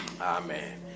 Amen